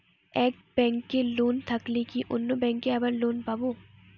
এক ব্যাঙ্কে লোন থাকলে কি অন্য ব্যাঙ্কে আবার লোন পাব?